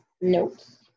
notes